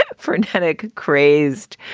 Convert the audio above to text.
yeah frenetic, crazed,